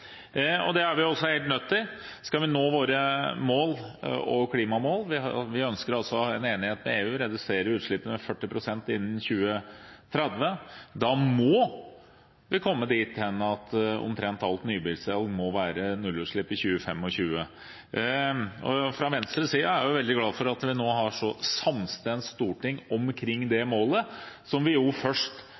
pst. Det er vi også helt nødt til, skal vi nå våre mål og klimamål. Vi ønsker altså å ha en enighet med EU og redusere utslippene med 40 pst. innen 2030. Da må vi komme dit hen at omtrent alt nybilsalg må være nullutslippsbiler i 2025. Fra Venstres side er jeg veldig glad for at vi nå har et så samstemt storting omkring det målet, som vi jo først